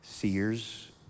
Seers